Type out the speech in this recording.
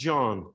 John